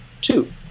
two